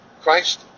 Christ